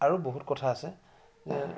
আৰু বহুত কথা আছে